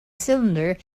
cylinder